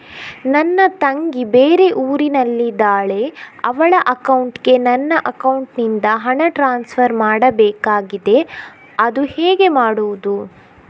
ನನ್ನ ತಂಗಿ ಬೇರೆ ಊರಿನಲ್ಲಿದಾಳೆ, ಅವಳ ಅಕೌಂಟಿಗೆ ನನ್ನ ಅಕೌಂಟಿನಿಂದ ಹಣ ಟ್ರಾನ್ಸ್ಫರ್ ಮಾಡ್ಬೇಕಾಗಿದೆ, ಅದು ಹೇಗೆ ಮಾಡುವುದು?